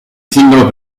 singolo